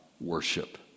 worship